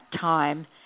time